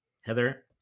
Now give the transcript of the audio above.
Heather